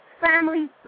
family